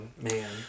Man